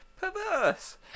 perverse